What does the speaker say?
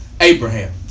Abraham